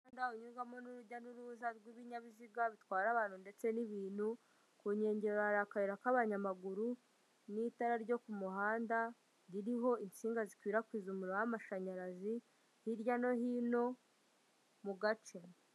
Umuhanda unyurwamo n'urujya n'uruza rw'ibinyabiziga bitwara abantu ndetse n'ibintu, ku nyengero hari akayira k'abanyamaguru n'itara ryo ku muhanda ririho itsinga zikwirakwiza umuriro w'amashanyarazi hirya no hino mu gace.